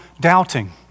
doubting